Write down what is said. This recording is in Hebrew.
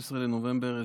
16 בנובמבר 2022,